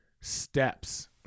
steps